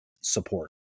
support